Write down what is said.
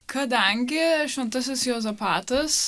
kadangi šventasis juozapatas